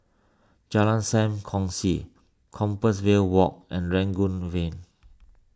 Jalan Sam Kongsi Compassvale Walk and Rangoon Lane